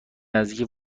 نزدیکی